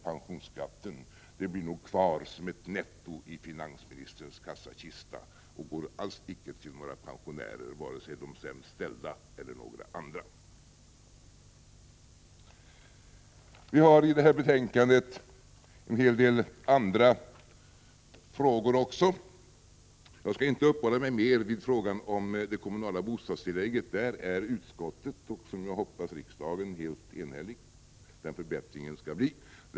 pensionsskatten, som vi slogs så hårt om, blir kvar som ett netto i finansministerns kassakista och inte alls går till några pensionärer, vare sig de sämst ställda eller några andra. I det här betänkandet tas också upp en hel del andra frågor. Jag skall inte uppehålla mig mer vid frågan om det kommunala bostadstillägget. Där är utskottet nästan enhälligt om hur förbättringen skall bli — och jag hoppas att det också gäller riksdagen.